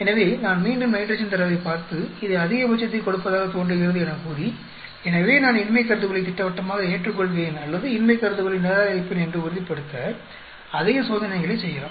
எனவே நான் மீண்டும் நைட்ரஜன் தரவைப் பார்த்து இது அதிகபட்சத்தைக் கொடுப்பதாகத் தோன்றுகிறது எனக்கூறி எனவே நான் இன்மைக் கருதுகோளை திட்டவட்டமாக ஏற்றுக்கொள்வேன் அல்லது இன்மைக் கருதுகோளை நிராகரிப்பேன் என்பதை உறுதிப்படுத்த அதிக சோதனைகளைச் செய்யலாம்